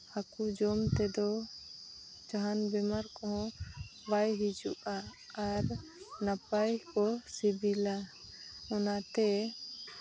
ᱦᱟᱹᱠᱩ ᱡᱚᱢ ᱛᱮᱫᱚ ᱡᱟᱦᱟᱱ ᱵᱤᱢᱟᱨ ᱠᱚᱦᱚᱸ ᱵᱟᱭ ᱦᱤᱡᱩᱜᱼᱟ ᱟᱨ ᱱᱟᱯᱟᱭ ᱠᱚ ᱥᱤᱵᱤᱞᱟ ᱚᱱᱟᱛᱮ